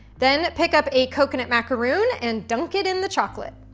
then pick up a coconut macaroon and dunk it in the chocolate.